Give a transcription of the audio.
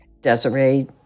Desiree